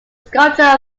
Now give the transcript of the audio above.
sculpture